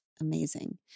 Amazing